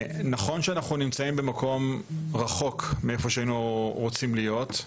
נכון שאנחנו נמצאים במקום רחוק מאיפה שהיינו רוצים להיות,